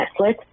Netflix